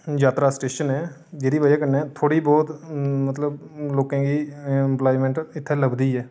यात्रा स्टेशन ऐ जेह्दी बजह कन्नै थोह्ड़ी बहुत मतलब लोकें गी इम्पलायमैंट इत्थै लभदी ऐ